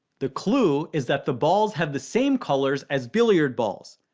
the clue is that the balls have the same colors as billiard balls.